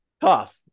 tough